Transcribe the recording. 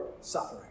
suffering